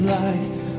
life